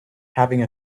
having